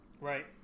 Right